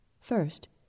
First